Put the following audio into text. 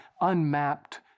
unmapped